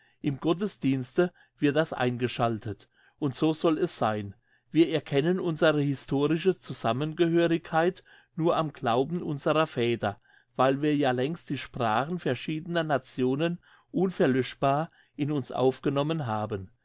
im gottesdienste wird das eingeschaltet und so soll es sein wir erkennen unsere historische zusammengehörigkeit nur am glauben unserer väter weil wir ja längst die sprache verschiedener nationen unverlöschbar in uns aufgenommen haben